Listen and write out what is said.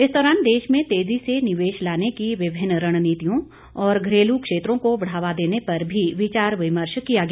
इस दौरान देश में तेजी से निवेश लाने की विभिन्न रणनीतियों और घरेलू क्षेत्रों को बढ़ावा देने पर भी विचार विमर्श किया गया